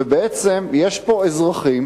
ובעצם יש פה אזרחים